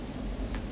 distracted